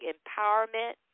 Empowerment